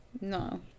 No